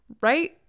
right